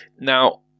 Now